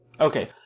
Okay